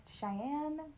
Cheyenne